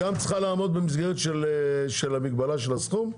היא גם צריכה לעמוד במסגרת המגבלה של הסכום?